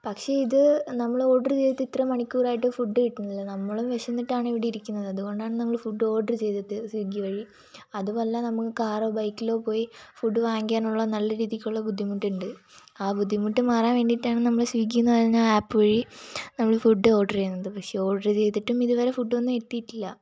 പക്ഷേ ഇത് നമ്മൾ ഓർഡറ് ചെയ്ത് ഇത്ര മണിക്കൂറായിട്ടും ഫുഡ് കിട്ടുന്നില്ല നമ്മളും വിശന്നിട്ടാണിവിടെ ഇരിക്കുന്നത് അതുകൊണ്ടാണ് നമ്മൾ ഫുഡ് ഓർഡർ ചെയ്തത് സ്വിഗ്ഗി വഴി അതുമല്ല നമുക്ക് കാറോ ബൈക്കിലോ പോയി ഫുഡ് വാങ്ങിക്കാനുള്ള നല്ല രീതിക്കുള്ള ബുദ്ധിമുട്ടുണ്ട് ആ ബുദ്ധിമുട്ട് മാറാൻ വേണ്ടിയിട്ടാണ് നമ്മൾ സ്വിഗ്ഗിയിൽ നിന്ന് പറഞ്ഞ ആപ്പ് വഴി നമ്മൾ ഫുഡ് ഓർഡറ് ചെയ്യുന്നത് പക്ഷേ ഓർഡറ് ചെയ്തിട്ടും ഇതുവരെ ഫുഡൊന്നും എത്തിയിട്ടില്ല